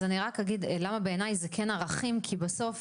אז אני רק אגיד למה בעיני זה כן ערכים, כי בסוף.